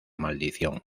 maldición